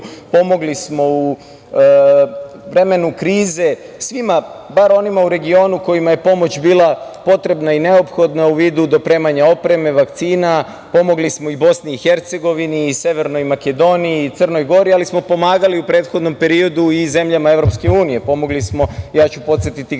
pomogli smo u vremenu krize svima, bar onima u regionu kojima je pomoć bila potrebna i neophodna u vidu dopremanja opreme, vakcina, pomogli smo i Bosni i Hercegovini i Severnoj Makedoniji i Crnoj Gori ali smo pomagali u prethodnom periodu i zemljama Evropske unije. Pomogli smo, podsetiću građane